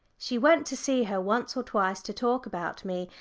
she went to see her once or twice to talk about me,